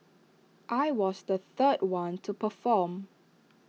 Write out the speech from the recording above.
I was the third one to perform